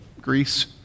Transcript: Greece